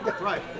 Right